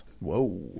Whoa